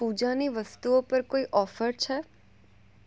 પૂજાની વસ્તુઓ પર કોઈ ઓફર છે